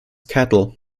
cattle